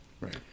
right